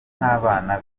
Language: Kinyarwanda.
nk’abana